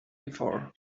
before